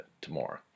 tomorrow